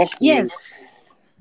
Yes